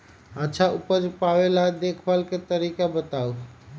अच्छा उपज पावेला देखभाल के तरीका बताऊ?